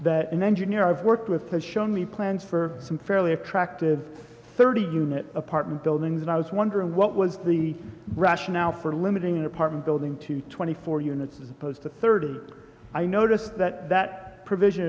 that an engineer i've worked with has shown me plans for some fairly attractive thirty unit apartment buildings and i was wondering what was the rationale for limiting the apartment building to twenty four units as opposed to thirty i noticed that that provision